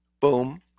boom